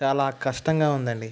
చాలా కష్టంగా ఉందండి